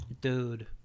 Dude